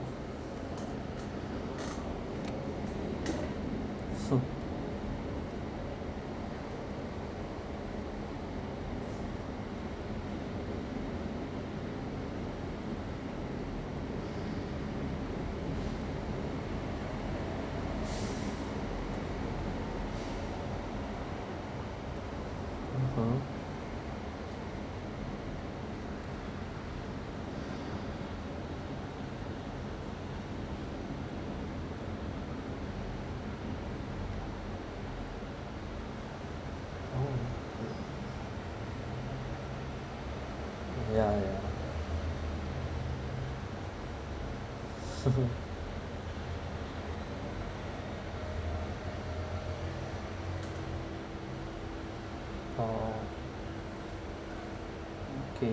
mmhmm oh yeah yeah oh okay